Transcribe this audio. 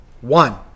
one